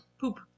Poop